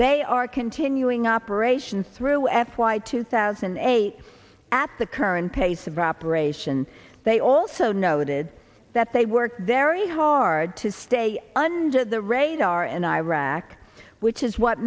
they are continuing operations through f y two thousand and eight at the current pace of operation they also noted that they worked very hard to stay under the radar in iraq which is what